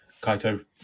Kaito